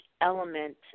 element